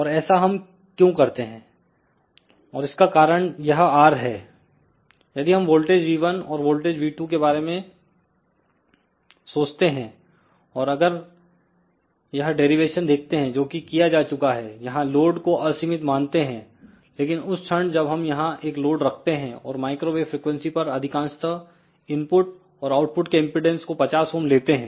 और ऐसा हम क्यों करते हैं और इसका कारण यह R है यदि हम वोल्टेज V1 और वोल्टेज V2 के बारे में सोचते हैं और अगर यह डेरिवेशन देखते हैं जोकि किया जा चुका है यहां लोड को असीमित मानते हैं लेकिन उस क्षण जब हम यहां एक लोड रखते हैं और माइक्रोवेव फ्रिकवेंसी पर अधिकांशतः इनपुट और आउटपुट के इंपेडेंस को 50 Ω लेते हैं